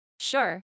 Sure